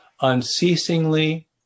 unceasingly